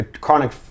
chronic